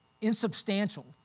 insubstantial